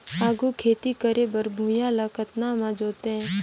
आघु खेती करे बर भुइयां ल कतना म जोतेयं?